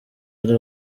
ari